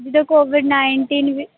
ਜਿੱਦਾਂ COVID nineteen ਵੀ